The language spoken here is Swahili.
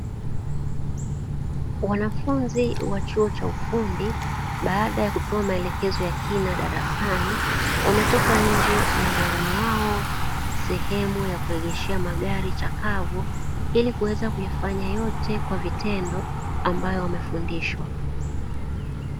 Wanafunzi wa chuo cha ufundi, baada ya kupewa maelekezo ya kina darasani, wametoka nje na mwalimu wao sehemu ya kuegeshea magari chakavu, ili kuweza kuyafanya yote kwa vitendo ambayo wamefundishwa.